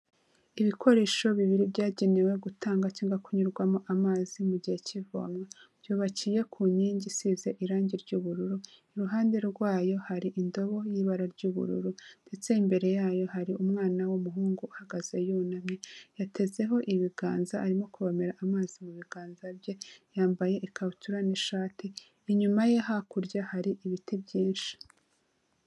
Ibikoresho bibiri byagenewe gutanga cyangwa kunyurwamo amazi mu gihe cy'ivoma, byubakiye ku nkingi isize irangi ry'ubururu, iruhande rwayo hari indobo y'ibara ry'ubururu ndetse imbere yayo, hari umwana w'umuhungu uhagaze yunamye yatezeho ibiganza arimo kubavomera amazi mu biganza bye, yambaye ikabutura n'ishati inyuma ye hakurya hari ibiti byinshi.